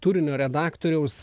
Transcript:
turinio redaktoriaus